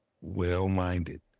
well-minded